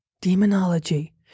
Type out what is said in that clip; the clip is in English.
Demonology